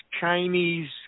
Chinese